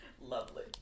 Lovely